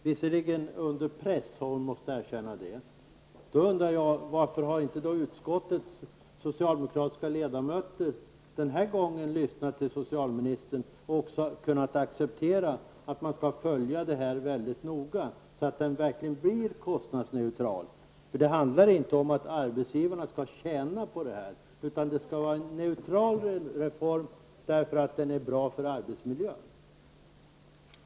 Jag undrar då: Varför har inte utskottets socialdemokratiska ledamöter den här gången lyssnat till socialministern och accepterat att följa detta väldigt noga så att omläggningen verkligen blir kostnadsneutral? Det handlar inte om att arbetsgivarna skall tjäna på omläggningen, utan reformen skall vara neutral av den anledningen att den är bra för arbetsmiljön.